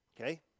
okay